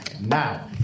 now